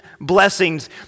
blessings